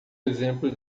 exemplo